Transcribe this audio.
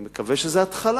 אני מקווה שזאת התחלה,